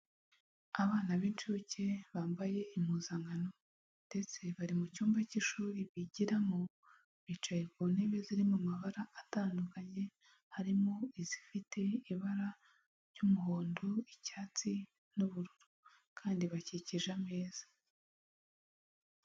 Abana b'incuke bambaye impuzankano ndetse bari mu cyumba cy'ishuri bigiramo, bicaye ku ntebe ziri mu mabara atandukanye, harimo izifite ibara ry'umuhondo, icyatsi n'ubururu kandi bakikije ameza.